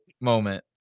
moment